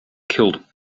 killed